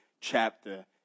chapter